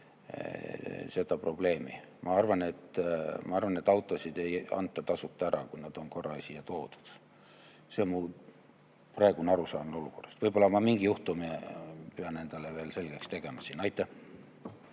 seda probleemi. Ma arvan, et autosid ei anta tasuta ära, kui nad on korra siia toodud. See on mu praegune arusaam olukorrast. Võib-olla ma mingi juhtumi pean endale veel selgeks tegema. Rene